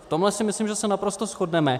V tomhle si myslím, že se naprosto shodneme.